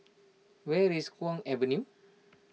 where is Kwong Avenue